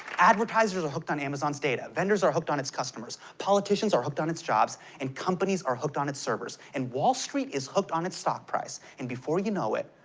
advertisers are hooked on amazon's data, vendors are hooked on its customers, politicians are hooked on its jobs, and companies are hooked on its servers, and wall street is hooked on its stock price. and before you know it,